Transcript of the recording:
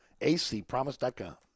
acpromise.com